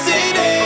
City